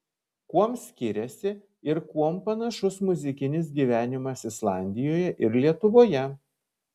kuom skiriasi ir kuom panašus muzikinis gyvenimas islandijoje ir lietuvoje